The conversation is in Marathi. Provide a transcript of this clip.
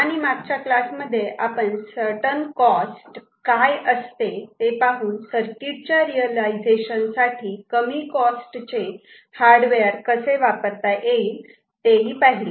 आणि मागच्या क्लासमध्ये आपण सर्टन कॉस्ट काय असते ते पाहून सर्किटच्या रियलायझेशन साठी कमी कास्टचे हार्डवेअर कसे वापरता येईल ते पहिले